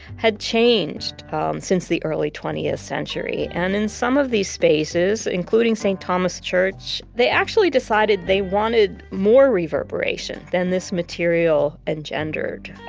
had changed since the early twentieth century. and in some of these spaces, including saint thomas church they actually decided they wanted more reverberation than this material engendered.